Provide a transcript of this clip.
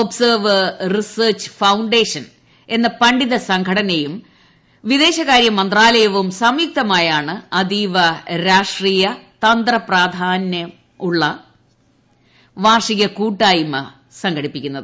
observer research foundation എന്ന പണ്ഡിത സംഘടനയും വിദേശകാരൃ മന്ത്രാലയുവും സംയുക്തമായാണ് അതീവ രാഷ്ട്രീയ തന്ത്രപ്രധാന പ്രാധാന്യമുള്ള വാർഷിക കൂട്ടായ്മ സംഘടിപ്പിക്കുന്നത്